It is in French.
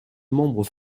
membre